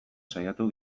saiatu